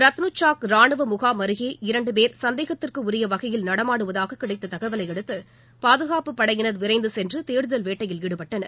ரத்னுசாக் ரானுவ முகாம் அருகே இரண்டு பேர் சந்தேகத்திற்குரிய வகையில் நடமாடுவதாக கிடைத்த தகவலையடுத்து பாதுகாப்புப் படையினர் விரைந்து சென்று தேடுதல் வேட்டையில் ஈடுபட்டனர்